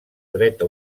dreta